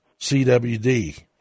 CWD